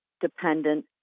dependent